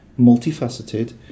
multifaceted